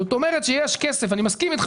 זאת אומרת שיש כסף אני מסכים אתך,